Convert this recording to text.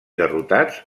derrotats